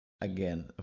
again